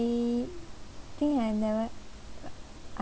think I never b~ I